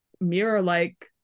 mirror-like